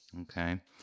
Okay